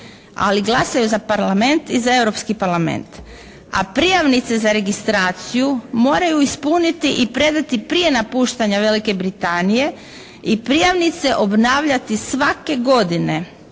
ali glasaju za parlament i Europski parlament, a prijavnice za registraciju moraju ispuniti i predati prije napuštanja Velike Britanije i prijavnice obnavljati svake godine,